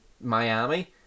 Miami